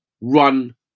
run